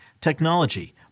technology